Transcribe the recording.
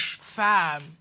fam